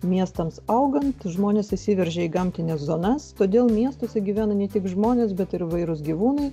miestams augant žmonės įsiveržė į gamtines zonas todėl miestuose gyvena ne tik žmonės bet ir įvairūs gyvūnai